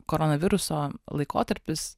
koronaviruso laikotarpis